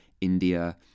India